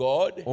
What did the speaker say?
God